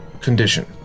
condition